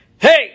Hey